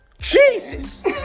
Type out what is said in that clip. Jesus